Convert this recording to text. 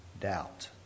doubt